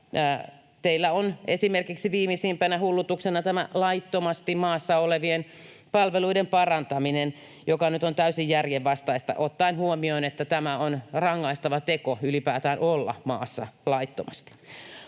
Teillä on esimerkiksi viimeisimpänä hullutuksena tämä laittomasti maassa olevien palveluiden parantaminen, joka nyt on täysin järjenvastaista ottaen huomioon, että on rangaistava teko ylipäätään olla maassa laittomasti.